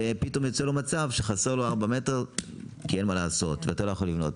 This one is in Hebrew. ופתאום נוצר מצב שחסרים לי ארבעה מטרים ואתה לא יכול לבנות.